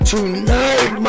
Tonight